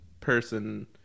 person